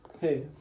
Hey